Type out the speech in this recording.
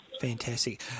Fantastic